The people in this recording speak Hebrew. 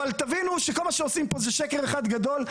אבל תבינו שכל מה שעושים פה זה שקר אחד גדול.